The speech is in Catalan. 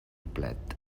plet